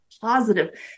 positive